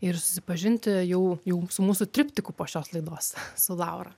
ir susipažinti jau jau su mūsų triptiku po šios laidos su laura